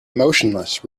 motionless